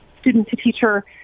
student-to-teacher